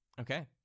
okay